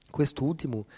Quest'ultimo